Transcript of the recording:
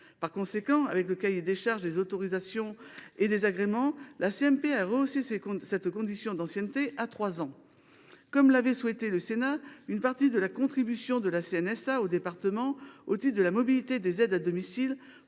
Par cohérence avec le cahier des charges des autorisations et des agréments, la CMP a rehaussé cette condition d’ancienneté à trois ans. Comme l’avait souhaité le Sénat, une partie de la contribution de la CNSA aux départements au titre de la mobilité des aides à domicile